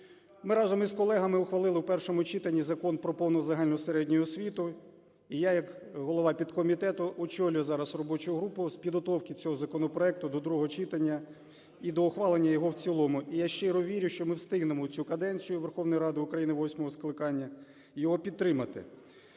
Ми разом із колегами ухвали в першому читанні Закон про повну загальну середню освіту, і як голова підкомітету очолюю зараз робочу групу з підготовки цього законопроекту до другого читання і до ухвалення його в цілому. І я щиро вірю, що ми встигнемо в цю каденцію Верховної Ради України восьмого скликання його підтримати.